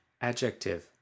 adjective